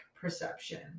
perception